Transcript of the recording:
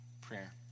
prayer